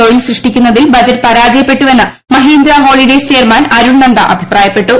തൊഴിൽ സൃഷ്ടിക്കുന്നതിൽ ബജറ്റ് പരാജയപ്പെട്ടുവെന്ന് മഹീന്ദ്ര ഹോളിഡെയ്സ് ചെയർമാൻ അരുൺ നന്ദ അഭിപ്രായപ്പെട്ടു